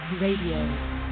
Radio